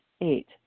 Eight